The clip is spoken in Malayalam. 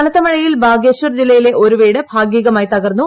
കനത്ത മഴയിൽ ബാഗേശ്വർ ജില്ലയിലെ ഒരു വീട് ഭാഗികമായി തകർന്നു